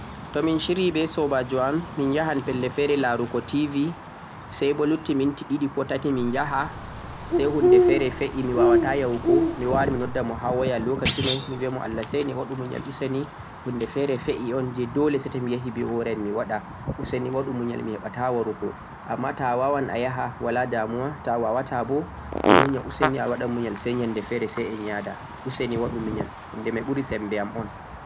to min shiryi be soobaajo am, min jahan pelle feere laarugo TV say bo lutti minti ɗiɗi ko min jaha, say huunde fe'ii mi waawaata yahugo, mi wari mi noddi mo ha waya lokaci may mi biya mo Allah sene waɗu muyal useni, huunde feere fe'ii un jee Doole say to mi yahi be hoore am mi waɗa useni waɗu muyal mi heɓa ta warugo, ammaa to a waawan a yaha walaa damuwa, to a waawaata bo a muya useni a waɗa muyal say nyannde feere say en ya'da useni waɗu muyal huunde may ɓuri sembe am un.